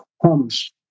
homes